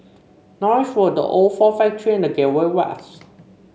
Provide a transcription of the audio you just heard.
Norris Road The Old Ford Factory and The Gateway West